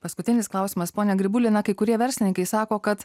paskutinis klausimas pone grybuli na kai kurie verslininkai sako kad